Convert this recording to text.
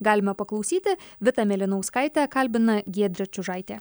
galime paklausyti vitą mėlynauskaitę kalbina giedrė čiužaitė